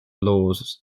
laws